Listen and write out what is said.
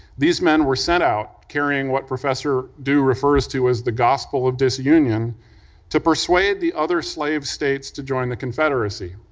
these men were sent out carrying what professor dew refers to as the gospel of disunion to persuade the other slave states to join the confederacy.